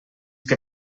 que